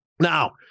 Now